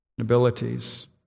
abilities